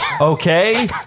Okay